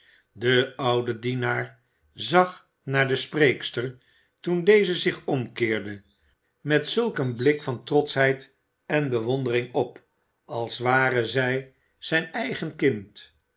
de oude dienaar zag naar de spreekster toen deze zich omkeerde met zulk een blik van trotschheid en bewondering op als ware zij zijn eigen kind